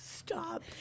stop